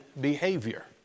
behavior